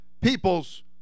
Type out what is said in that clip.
people's